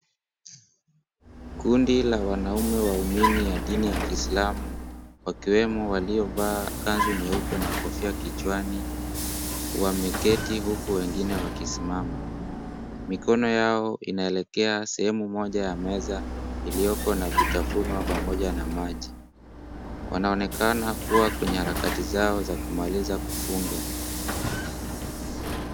Kundi la wanaume waumini wa dini ya Kiislamu, wakiwemo waliovaa kanzu nyeupe na kofia kichwani, wameketi huku wengine wakisimama. Mikono yao inaelekea sehemu moja ya meza iliyoko na vitafunwa pamoja na maji. Wanonekana kuwa kwenye harakati zao za kumaliza kufunga.